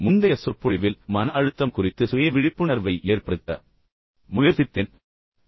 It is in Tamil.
முந்தைய சொற்பொழிவில் மன அழுத்தம் குறித்து சுய விழிப்புணர்வை ஏற்படுத்த முயற்சித்தேன்